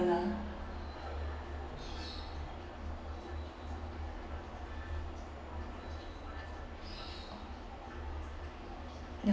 lah